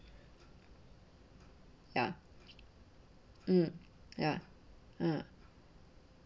ya mm ya mm